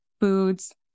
Foods